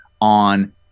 on